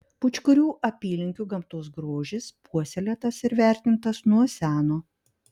pūčkorių apylinkių gamtos grožis puoselėtas ir vertintas nuo seno